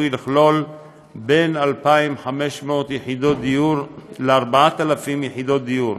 שצפוי כי יכלול בין 2,500 ל-4,000 יחידות דיור,